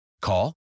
Call